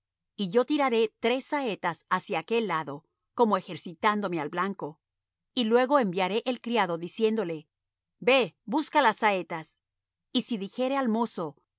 y yo tiraré tres saetas hacia aquel lado como ejercitándome al blanco y luego enviaré el criado diciéndole ve busca las saetas y si dijere al mozo